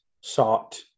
sought